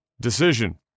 decision